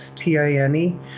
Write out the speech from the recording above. T-I-N-E